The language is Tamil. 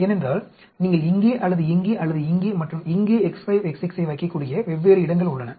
ஏனென்றால் நீங்கள் இங்கே அல்லது இங்கே அல்லது இங்கே மற்றும் இங்கே X5 X6 ஐ வைக்கக்கூடிய வெவ்வேறு இடங்கள் உள்ளன